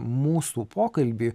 mūsų pokalbį